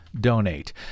donate